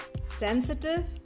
sensitive